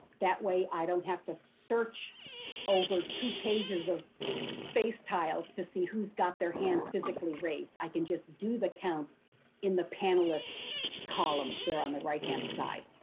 that way, i don't have to search over two pages of face tiles to see who s got their hand physically raised, i can just do the count in the panelists column there on the right-hand side.